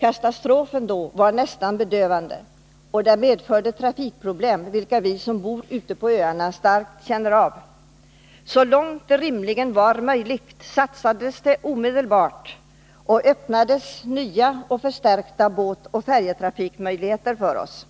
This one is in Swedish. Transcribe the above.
Katastrofen då var nästan bedövande. Den medförde också trafikproblem, vilka vi som bor ute på öarna starkt känner av. Så långt det rimligen var möjligt gjordes omedelbara insatser. Nya och förstärkta båtoch färjetrafikmöjligheter öppnades för oss.